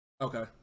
Okay